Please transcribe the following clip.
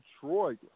Detroit